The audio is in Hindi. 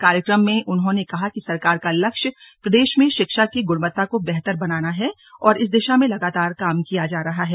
कार्यक्रम में उन्होंने कहा कि सरकार का लक्ष्य प्रदेश में शिक्षा की गुणवत्ता को बेहतर बनाना है और इस दिशा में लगातार काम किया जा रहा है